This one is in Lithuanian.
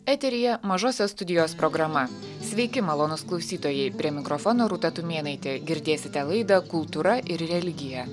eteryje mažosios studijos programa sveiki malonūs klausytojai prie mikrofono rūta tumėnaitė girdėsite laidą kultūra ir religija